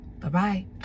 Bye-bye